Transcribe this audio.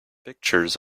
pictures